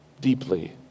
deeply